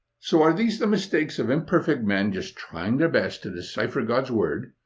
so, are these the mistakes of imperfect men just trying their best to decipher god's word,